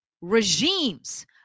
regimes